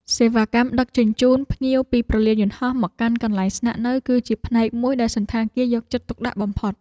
សេវាកម្មដឹកជញ្ជូនភ្ញៀវពីព្រលានយន្តហោះមកកាន់កន្លែងស្នាក់នៅ គឺជាផ្នែកមួយដែលសណ្ឋាគារយកចិត្តទុកដាក់បំផុត។